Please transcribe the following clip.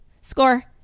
Score